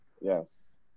Yes